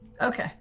Okay